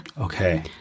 Okay